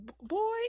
boy